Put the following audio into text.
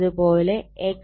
അത് പോലെ X2 K 2 X2